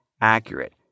accurate